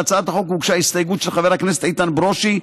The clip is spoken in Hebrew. להצעת החוק הוגשה הסתייגות של חבר הכנסת איתן ברושי.